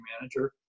manager